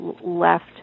left